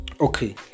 okay